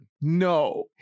No